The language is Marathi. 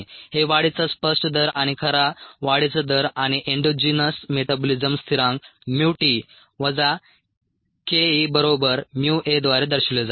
हे वाढीचा स्पष्ट दर आणि खरा वाढीचा दर आणि एंडोजिनस मेटाबोलीझ्म स्थिरांक Tवजा ke बरोबर A द्वारे दर्शविले जाते